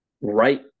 right